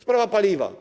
Sprawa paliwa.